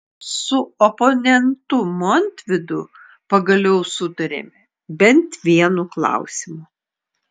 su oponentu montvydu pagaliau sutarėme bent vienu klausimu